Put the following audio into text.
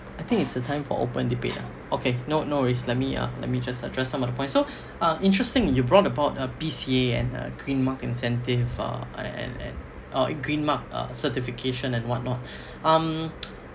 I think it's a time for open debate ah okay no no worries let me uh let me just address some of the points so um interesting you brought about um B_C_A and uh green mark incentive uh and and uh green mark certification and whatnot um